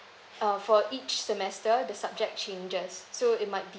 uh for each semester the subject changes so it might be